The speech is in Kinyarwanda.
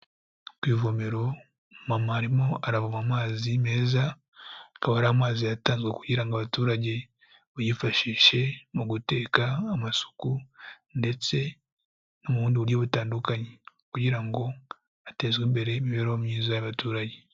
Ku ivomero umumama arimo aravoma amazi meza akaba ari amazi yatanzwe kugira ngo abaturage bayifashishe mu guteka, amasuku ndetse no mu bundi buryo butandukanye kugira ngo hatezwe imbere imibereho myiza y'abaturage.